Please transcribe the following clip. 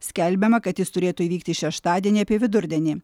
skelbiama kad jis turėtų įvykti šeštadienį apie vidurdienį